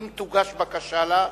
אם תוגש בקשה לכך,